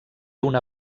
una